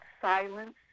silence